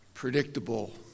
predictable